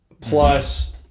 plus